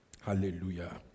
Hallelujah